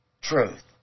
truth